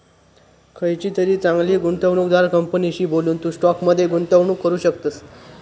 खयचीतरी चांगली गुंवणूकदार कंपनीशी बोलून, तू स्टॉक मध्ये गुंतवणूक करू शकतस